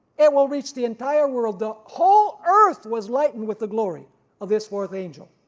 it will reach the entire world, the whole earth was lightened with the glory of this fourth angel